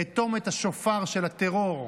לאטום את השופר של הטרור,